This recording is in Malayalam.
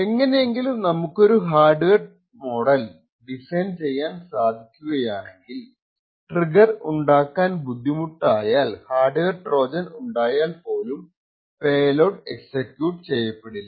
എങ്ങനെയെങ്കിലും നമുക്കൊരു ഹാർഡ്വെയർ മോഡൽ ഡിസൈൻ ചെയ്യാൻ കഴിയുകയാണെങ്കിൽ ട്രിഗർ ഉണ്ടാക്കാൻ ബുദ്ധിമുട്ടായാൽ ഹാർഡ്വെയർ ട്രോജൻ ഉണ്ടായാൽ പോലും പേലോഡ് എക്സിക്യൂട്ട് ചെയ്യപ്പെടില്ല